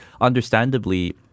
understandably